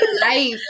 life